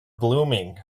blooming